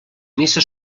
missa